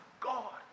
God